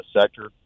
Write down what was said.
sector